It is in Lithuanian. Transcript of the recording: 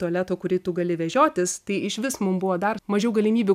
tualeto kurį tu gali vežiotis tai išvis mum buvo dar mažiau galimybių